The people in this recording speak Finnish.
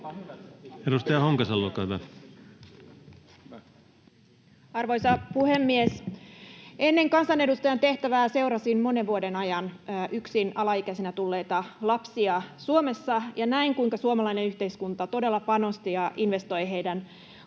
Time: 15:16 Content: Arvoisa puhemies! Ennen kansanedustajan tehtävää seurasin monen vuoden ajan yksin alaikäisenä tulleita lapsia Suomessa ja näin, kuinka suomalainen yhteiskunta todella panosti ja investoi heidän koulutukseensa.